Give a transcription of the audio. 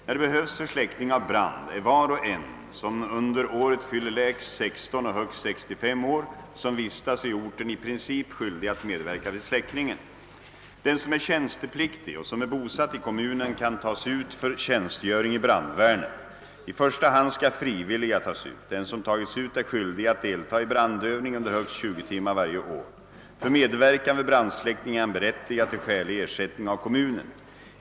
När det behövs för släckning av brand är var och en som under året fyller lägst 16 och högst 65 år och som vistas på orten i princip skyldig att medverka vid släckningen. Den som är tjänstepliktig och som är bosatt i kommunen kan tas ut för tjänstgöring i brandvärnet. I första hand skall frivilliga tas ut. Den som tagits ut är skyldig att delta i brandövning under högst 20 timmar varje år. För medverkan vid brandsläckning är han berättigad till skälig ersättning av kommunen.